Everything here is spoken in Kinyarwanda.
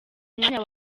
mwanya